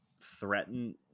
threaten